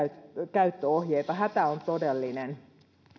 käyttöohjeita hätä on todellinen